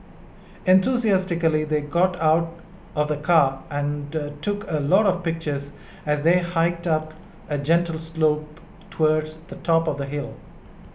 enthusiastically they got out of the car and took a lot of pictures as they hiked up a gentle slope towards the top of the hill